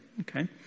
Okay